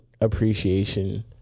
appreciation